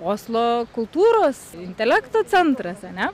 oslo kultūros intelekto centras ane